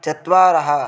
चत्वारः